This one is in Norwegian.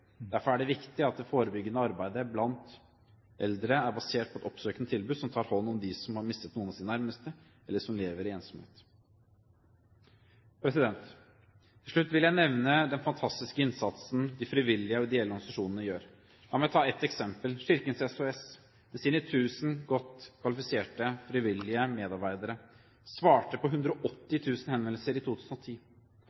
Derfor er det viktig at det forebyggende arbeidet blant eldre er basert på et oppsøkende tilbud som tar hånd om dem som har mistet noen av sine nærmeste, eller som lever i ensomhet. Til slutt vil jeg nevne den fantastiske innsatsen de frivillige og ideelle organisasjonene gjør. La meg ta ett eksempel. Kirkens SOS, med sine 1 000 godt kvalifiserte frivillige medarbeidere, svarte på 180 000 henvendelser i 2010. Hvert døgn snakker organisasjonen i 100